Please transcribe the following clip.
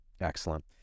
Excellent